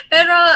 Pero